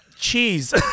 cheese